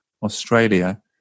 Australia